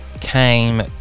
came